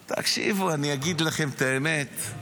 תקשיבו, אני אגיד לכם את האמת,